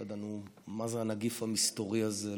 לא ידענו מה זה הנגיף המסתורי הזה,